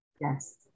Yes